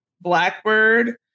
Blackbird